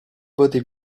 wurde